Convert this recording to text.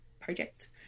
project